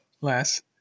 less